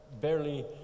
barely